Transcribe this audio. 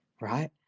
right